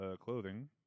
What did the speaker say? clothing